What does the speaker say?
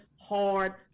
hard